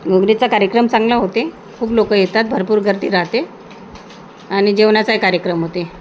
कार्यक्रम चांगला होते खूप लोकं येतात भरपूर गर्दी राहते आणि जेवणाचा कार्यक्रम होते